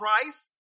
Christ